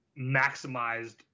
maximized